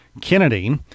Kennedy